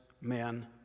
men